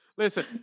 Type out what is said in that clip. Listen